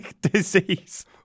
disease